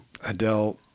Adele